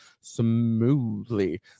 smoothly